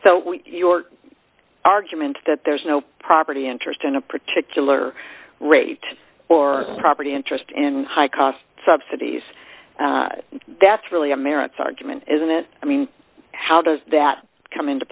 so your argument that there's no property interest in a particular rate or property interest and high cost subsidies that's really a merits argument isn't it i mean how does that come into